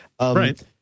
Right